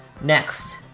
Next